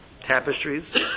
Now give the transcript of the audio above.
tapestries